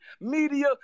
media